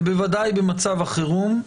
ובוודאי במצב החירום,